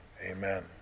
amen